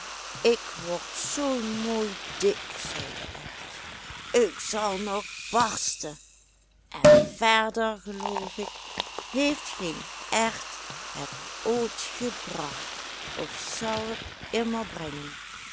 ik word zoo mooi dik zei de erwt ik zal nog barsten en verder geloof ik heeft geen erwt het ooit gebracht of zal het immer brengen